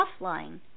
offline